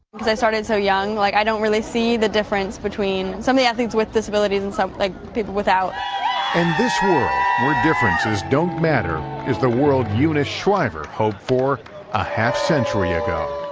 because i started so young, like i don't really see the difference between some of the athletes with disabilities and so like people without. reporter and this world where differences don't matter is the world unis shriver hoped for a half century ago.